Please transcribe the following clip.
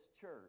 church